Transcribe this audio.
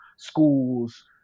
schools